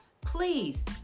please